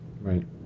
Right